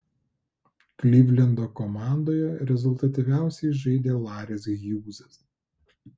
klivlendo komandoje rezultatyviausiai žaidė laris hjūzas